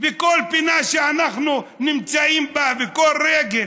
וכל פינה שאנחנו נמצאים בה וכל רגל